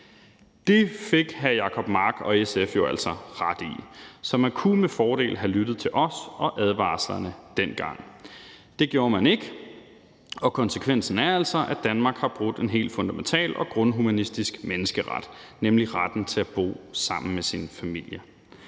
Det fik hr. Jacob Mark og SF jo altså ret i. Så man kunne med fordel have lyttet til os og advarslerne dengang. Det gjorde man ikke, og konsekvensen er altså, at Danmark har brudt en helt fundamental og grundhumanistisk menneskeret, nemlig retten til at bo sammen med sin familie